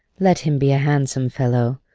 let him be a handsome fellow,